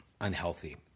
unhealthy